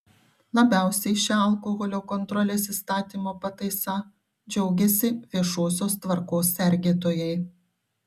labiausiai šia alkoholio kontrolės įstatymo pataisa džiaugiasi viešosios tvarkos sergėtojai